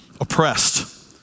oppressed